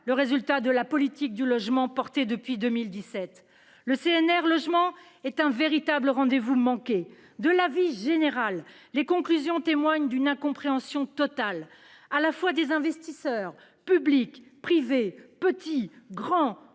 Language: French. le résultat de la politique du logement conduite depuis 2017. Le CNR Logement est un véritable rendez-vous manqué. De l'avis général, ses conclusions témoignent d'une incompréhension totale des investisseurs, publics ou privés, petits et grands,